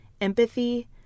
empathy